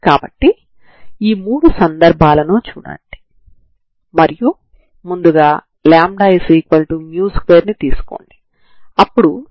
కాబట్టి మీకు ఏదో ఒక పాయింట్ ఉదాహరణకు x0 t0 దగ్గర పరిష్కారం కావాలనుకుంటే మనం ఒక స్వతంత్ర డొమైన్ ను నిర్వచించాలి